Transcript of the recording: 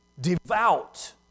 devout